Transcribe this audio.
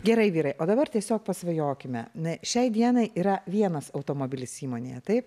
gerai vyrai o dabar tiesiog pasvajokime na šiai dienai yra vienas automobilis įmonėje taip